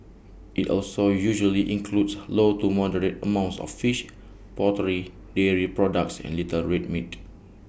IT also usually includes low to moderate amounts of fish poultry dairy products and little red meat